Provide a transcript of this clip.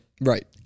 Right